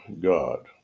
God